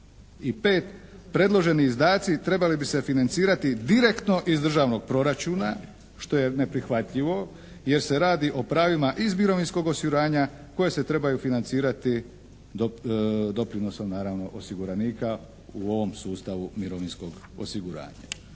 I pet, predloženi izdaci trebali bi se financirati direktno iz državnog proračuna što je neprihvatljivo jer se radi o pravima iz mirovinskog osiguranja koji se trebaju financirati doprinosom naravno osiguranika u ovom sustavu mirovinskog osiguranja.